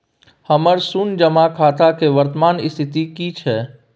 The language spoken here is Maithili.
हमर शुन्य जमा खाता के वर्तमान स्थिति की छै?